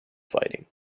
fighting